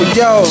yo